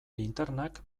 linternak